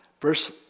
verse